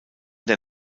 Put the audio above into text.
der